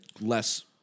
less